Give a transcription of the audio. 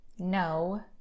No